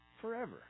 forever